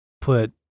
put